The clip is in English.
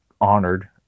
honored